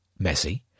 Messi